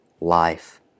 life